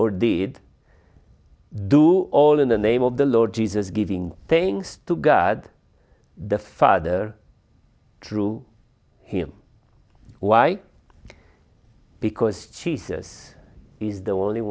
or did do all in the name of the lord jesus giving thanks to god the father through him why because jesus is the only